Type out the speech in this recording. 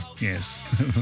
Yes